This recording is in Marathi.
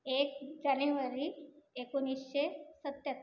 एक जानेवारी एकोणीसशे सत्त्याहत्तर